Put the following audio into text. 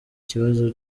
kibazo